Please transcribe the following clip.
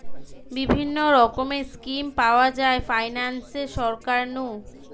বিভিন্ন রকমের স্কিম পাওয়া যায় ফাইনান্সে সরকার নু